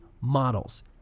models